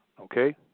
Okay